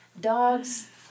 dogs